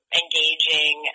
engaging